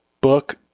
book